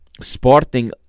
Sporting